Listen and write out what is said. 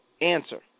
answer